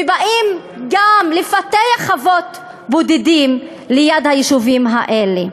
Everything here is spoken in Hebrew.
ובאים גם לפתח חוות בודדים ליד היישובים האלה.